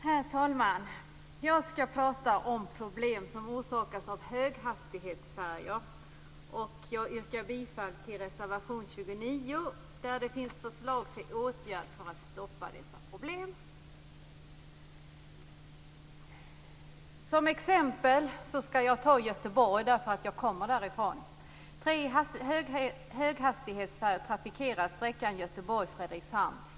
Herr talman! Jag skall prata om problem som orsakas av höghastighetsfärjor. Jag yrkar bifall till reservation 29, där det finns förslag till åtgärder för att stoppa dessa problem. Som exempel skall jag ta Göteborg, därför att jag kommer därifrån. Tre höghastighetsfärjor trafikerar sträckan Göteborg-Fredrikshavn.